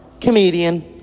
comedian